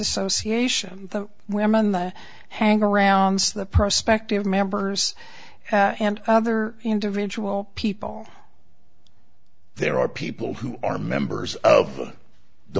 ssociation the women that hang around the prospective members and other individual people there are people who are members of the